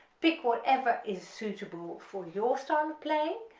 pick whatever is suitable for your style of playing,